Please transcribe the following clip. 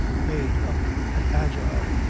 made up an agile,